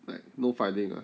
like no filing ah